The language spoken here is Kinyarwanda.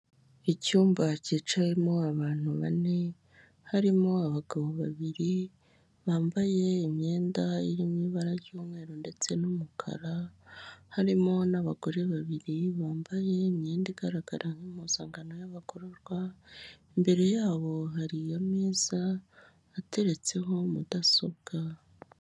Icyumba cyicayemo abantu bane harimo abagabo babiri bambaye imyenda iririmo ibara ry'umweru ndetse n'umukara, harimo n'abagore babiri bambaye imyenda igaragara nk'impuzangano y'abagororwa. Imbere yabo hariyo ameza ateretseho mudasobwa.